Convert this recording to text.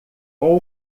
com